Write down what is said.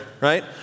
right